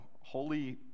holy